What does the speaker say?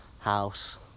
house